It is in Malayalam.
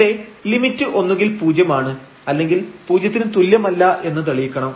ഇവിടെ ലിമിറ്റ് ഒന്നുകിൽ പൂജ്യമാണ് അല്ലെങ്കിൽ പൂജ്യത്തിന് തുല്യമല്ല എന്ന് തെളിയിക്കണം